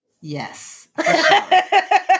Yes